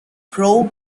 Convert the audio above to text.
probe